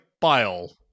bile